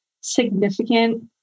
significant